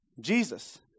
Jesus